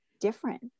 different